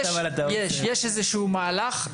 יש איזה שהוא מהלך,